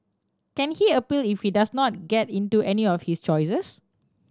can he appeal if he does not get into any of his choices